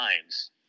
times